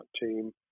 team